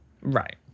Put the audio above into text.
right